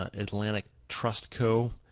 ah atlantic trustco,